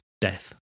death